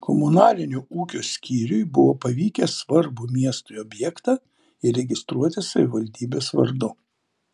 komunalinio ūkio skyriui buvo pavykę svarbų miestui objektą įregistruoti savivaldybės vardu